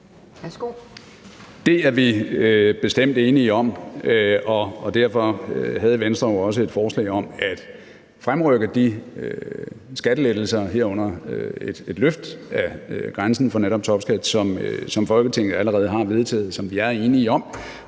Det er vi bestemt enige om. Derfor havde Venstre jo også et forslag om at fremrykke de skattelettelser, herunder et løft af grænsen for netop topskat, som Folketinget allerede har vedtaget, som vi er enige om,